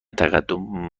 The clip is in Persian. تقدم